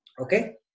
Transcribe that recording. Okay